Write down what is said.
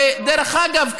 דרך אגב,